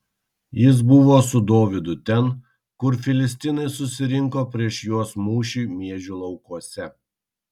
jis buvo su dovydu ten kur filistinai susirinko prieš juos mūšiui miežių laukuose